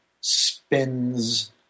spins